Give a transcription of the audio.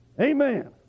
Amen